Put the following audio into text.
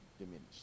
Diminished